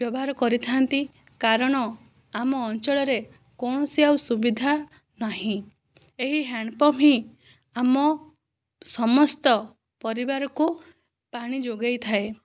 ବ୍ୟବହାର କରିଥାନ୍ତି କାରଣ ଆମ ଅଞ୍ଚଳରେ କୌଣସି ଆଉ ସୁବିଧା ନାହିଁ ଏହି ହ୍ୟାଣ୍ଡପମ୍ପ ହିଁ ଆମ ସମସ୍ତ ପରିବାରକୁ ପାଣି ଯୋଗାଇ ଥାଏ